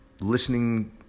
listening